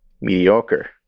Mediocre